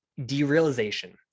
derealization